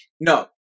no